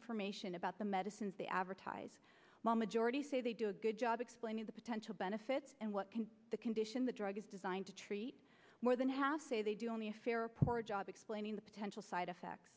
information about the medicines they advertise while majority say they do a good job explaining the potential benefits and what can the condition the drug is designed to treat more than half say they do only a fair or poor job explaining the potential side effects